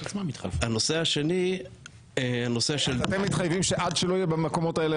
אתם מתחייבים שעד שלא יהיה במקומות האלה